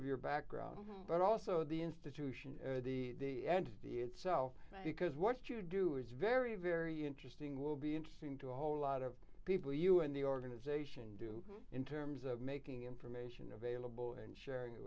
of your background but also the institution or the end of the itself because what you do is very very interesting will be interesting to a whole lot of people you in the organization do in terms of making information available and sharing it